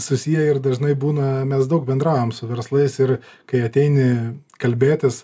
susiję ir dažnai būna mes daug bendraujam su verslais ir kai ateini kalbėtis